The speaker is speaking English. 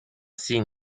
seen